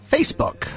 Facebook